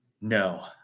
no